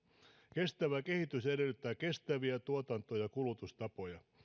kestävä kehitys edellyttää kestäviä tuotanto ja kulutustapoja